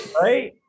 right